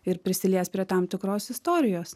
ir prisiliest prie tam tikros istorijos